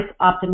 optimization